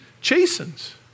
chastens